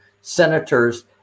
senators